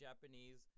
Japanese